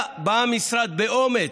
בא המשרד באומץ,